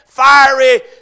fiery